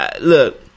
look